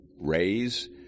raise